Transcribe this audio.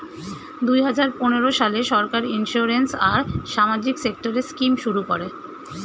দুই হাজার পনেরো সালে সরকার ইন্সিওরেন্স আর সামাজিক সেক্টরের স্কিম শুরু করে